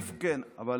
כן, אבל